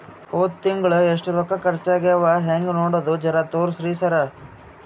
ಹೊದ ತಿಂಗಳ ಎಷ್ಟ ರೊಕ್ಕ ಖರ್ಚಾ ಆಗ್ಯಾವ ಹೆಂಗ ನೋಡದು ಜರಾ ತೋರ್ಸಿ ಸರಾ?